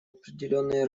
определенные